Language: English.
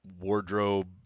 wardrobe